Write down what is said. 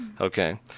Okay